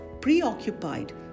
preoccupied